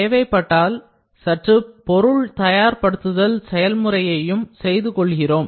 தேவைப்பட்டால் சற்று பொருள் தயார்படுத்துதல் செய்முறையையும் செய்து கொள்கிறோம்